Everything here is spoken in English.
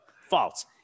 false